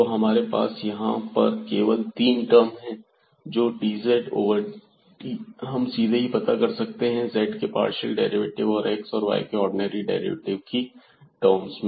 तो हमारे पास यहां पर केवल 3 टर्म हैं तो dz ओवर dt हम सीधे ही पता कर सकते हैं z के पार्शियल डेरिवेटिव और x और y के ऑर्डिनरी डेरिवेटिव की टर्म में